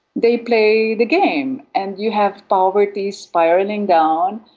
they play the game, and you have poverty spiralling down,